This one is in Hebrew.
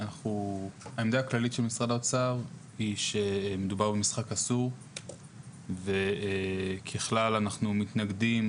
העמדה הכללית של משרד האוצר היא שמדובר במשחק אסור וכלל אנחנו מתנגדים